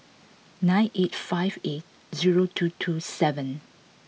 nine eight five eight zero two two seven